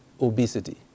obesity